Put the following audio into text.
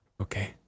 Okay